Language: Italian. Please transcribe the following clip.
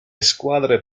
squadre